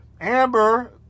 Amber